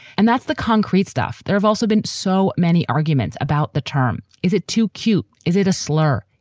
and that's the concrete stuff. there have also been so many arguments about the term. is it too cute? is it a slur?